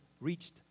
reached